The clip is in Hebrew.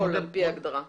על פי ההגדרה אתה מונופול.